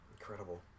Incredible